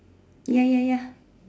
ya ya ya